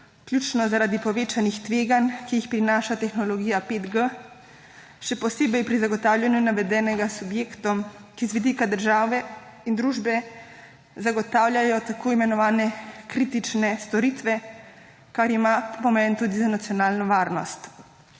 ključno zaradi povečanih tveganj, ki jih prinaša tehnologija 5G, še posebej pri zagotavljanju navedenega subjekta, ki z vidika države in družbe zagotavljajo tako imenovane kritične storitve, kar ima pomen tudi za nacionalno varnost.